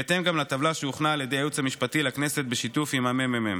גם בהתאם לטבלה שהוכנה על ידי הייעוץ המשפטי לכנסת בשיתוף עם הממ"מ.